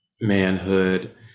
manhood